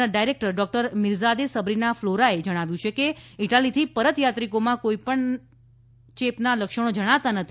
ના director doctor Meerjady Sabrina ફ્લોરાએ જણાવ્યું છે કે ઇટાલીથી પરત યાત્રિકોમાં કોઇ પણ ચેપના લક્ષણો જણાતા નથી